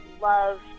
love